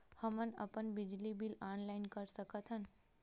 हमन अपन बिजली बिल ऑनलाइन कर सकत हन?